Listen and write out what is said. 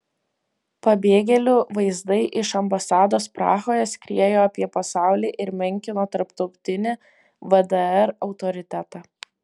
pabėgėlių vaizdai iš ambasados prahoje skriejo apie pasaulį ir menkino tarptautinį vdr autoritetą